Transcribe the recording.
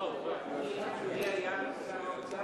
מי היה אז שר האוצר?